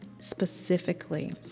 specifically